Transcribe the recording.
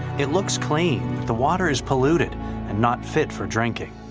it looks claims the water is polluted and not fit for drinking.